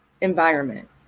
environment